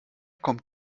kommt